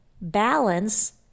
balance